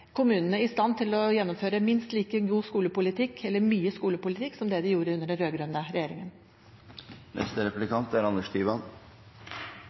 kommunene i stand til å gjennomføre minst like mye skolepolitikk som det de gjorde under den rød-grønne regjeringen. Høyre snakker mye om skole og utdanning, men det er